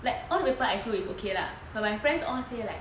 like all the paper I feel it's okay lah but my friends all say like